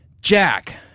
Jack